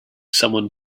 someone